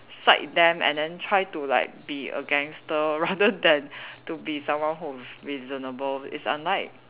side them and then try like to be a gangster rather than to be someone who reasonable it's unlike